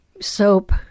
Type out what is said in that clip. Soap